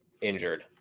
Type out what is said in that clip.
injured